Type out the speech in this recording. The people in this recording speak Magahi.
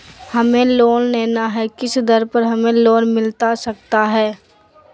हमें लोन लेना है किस दर पर हमें लोन मिलता सकता है?